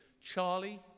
Charlie